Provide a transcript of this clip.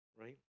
right